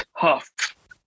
tough